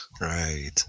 Right